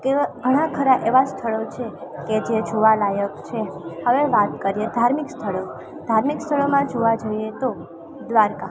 કેવા ઘણા ખરા એવા સ્થળો છે કે જે જોવાલાયક છે હવે વાત કરીએ ધાર્મિક સ્થળો ધાર્મિક સ્થળોમાં જોવા જઈએ તો દ્વારિકા